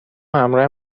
همراه